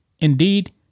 Indeed